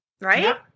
Right